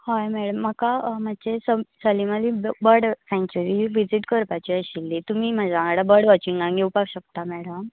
हय मॅडम म्हाका मात्शें समी Salim Ali bird sanctuary visit करपाची आशिल्ली तुमी म्हज्या वांगडा बर्ड वॉचिंगान येवपाक शकता मॅडम